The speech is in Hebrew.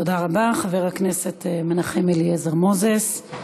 תודה רבה, חבר הכנסת מנחם אליעזר מוזס.